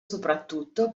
soprattutto